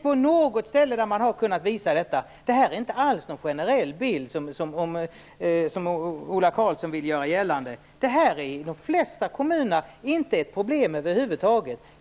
På något ställe har man kunnat visa detta, men det här är inte alls någon generell bild, vilket Ola Karlsson vill göra gällande. Det här är i de flesta kommuner inte något problem över huvud taget.